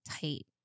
tight